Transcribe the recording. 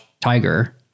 Tiger